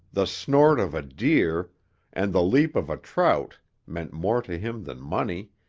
the snort of a deer and the leap of a trout meant more to him than money,